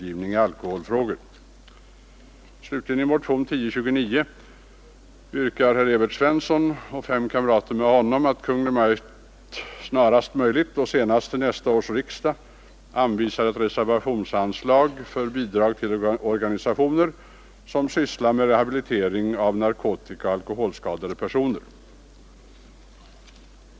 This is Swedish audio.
I motionen 1029 yrkar herr Evert Svensson och fem kamrater med honom att Kungl. Maj:t snarast möjligt och senast till nästa års riksdag anvisar ett reservationsanslag för bidrag till organisationer som sysslar med rehabilitering av narkotikaoch alkoholskadade personer.